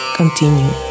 continue